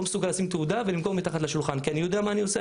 לא מסוגל לשים תעודה ולמכור מתחת לשולחן כי אני יודע מה אני עושה.